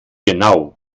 genau